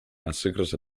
massacres